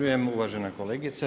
Uvažena kolegice.